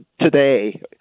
today